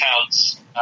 accounts